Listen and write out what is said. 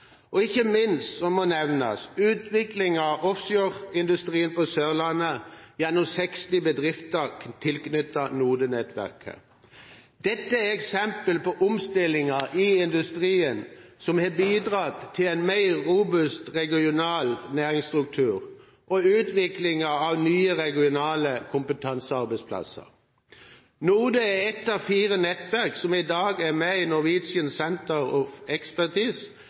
Og ikke minst må nevnes utviklinga av offshoreindustrien på Sørlandet gjennom 60 bedrifter tilknyttet NODE-nettverket. Dette er eksempel på omstillinger i industrien som har bidratt til en mer robust regional næringsstruktur og utvikling av nye regionale kompetansearbeidsplasser. NODE er et av fire nettverk som i dag er med i